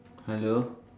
hello